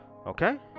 Okay